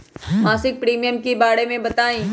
मासिक प्रीमियम के बारे मे बताई?